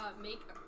make